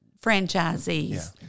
franchisees